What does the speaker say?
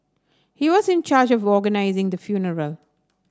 he was in charge of organising the funeral